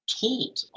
told